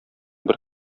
бер